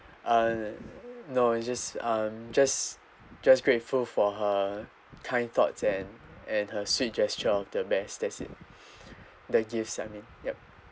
uh no it's just uh just just grateful for her kind thoughts and and her sweet gesture of the best that's it the gifts I mean yup